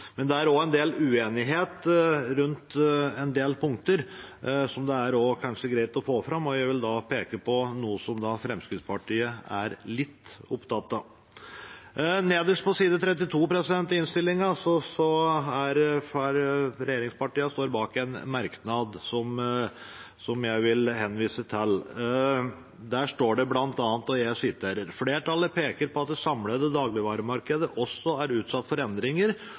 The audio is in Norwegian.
Men det er også en del uenighet rundt en del punkter, som det kanskje er greit å løfte fram. Jeg vil peke på noe som Fremskrittspartiet er litt opptatt av. Nederst på side 13 i innstillingen står en merknad som regjeringspartiene står bak, og som jeg vil henvise til. Der står det bl.a.: «Flertallet peker på at det samlede dagligvaremarkedet også er utsatt for endringer,